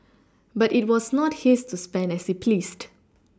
but it was not his to spend as he pleased